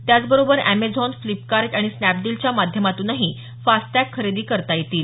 त्याचबरोबर Amazon Flipkart आणि स्नॅपडीलच्या माध्यमातूनही फास्टटॅग खरेदी करता येतील